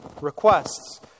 Requests